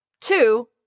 Two